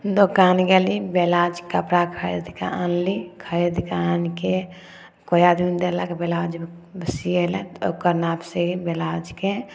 दोकान गेली ब्लाउजके कपड़ा खरीदके आनली खरीदके आनिके कोइ आदमी देलक ब्लाउज सीये लए तऽ ओकर नापसँ ही ब्लाउजके